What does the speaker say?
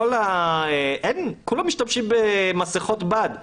כולם משתמשים במסכות בד.